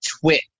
twit